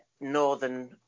northern